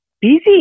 busy